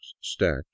stacked